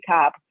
up